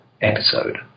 episode